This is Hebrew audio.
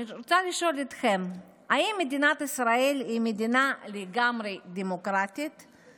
אני רוצה לשאול אתכם: האם מדינת ישראל היא מדינה דמוקרטית לגמרי?